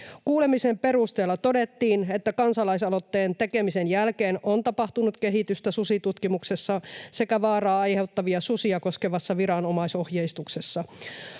Kuulemisen perusteella todettiin, että kansalaisaloitteen tekemisen jälkeen on tapahtunut kehitystä susitutkimuksessa sekä vaaraa aiheuttavia susia koskevassa viranomaisohjeistuksessa.